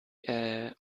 air